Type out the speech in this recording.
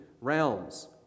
realms